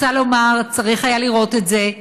רוצה לומר, צריך היה לראות את זה.